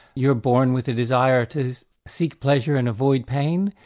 you're born with a desire to seek pleasure and avoid pain,